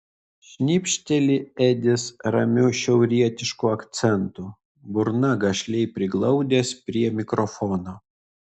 šnipšteli edis ramiu šiaurietišku akcentu burną gašliai priglaudęs prie mikrofono